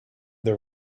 the